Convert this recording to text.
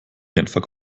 genfer